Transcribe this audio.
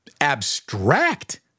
abstract